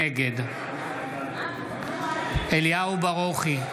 נגד אליהו ברוכי,